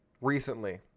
recently